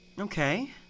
Okay